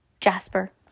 Jasper